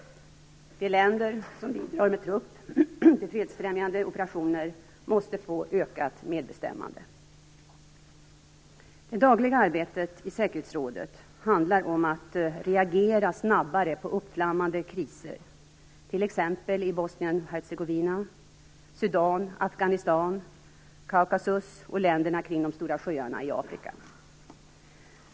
De länder som bidrar med trupp till fredsfrämjande operationer måste få ökat medbestämmande. Det dagliga arbetet i säkerhetsrådet handlar om att reagera snabbare på uppflammande kriser - t.ex. i Bosnien-Hercegovina, Sudan, Afghanistan, Kaukasus och länderna kring de stora sjöarna i Afrika.